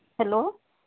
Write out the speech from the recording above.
hello